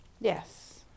yes